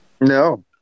No